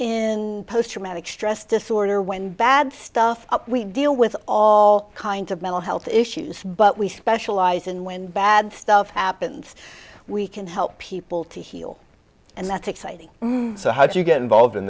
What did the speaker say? in post traumatic stress disorder when bad stuff we deal with all kinds of mental health issues but we specialize in when bad stuff happens we can help people to heal and that's exciting so how do you get involved in